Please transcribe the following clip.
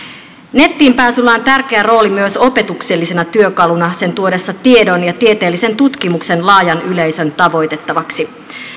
nettiin pääsyllä on tärkeä rooli myös opetuksellisena työkaluna sen tuodessa tiedon ja tieteellisen tutkimuksen laajan yleisön tavoitettavaksi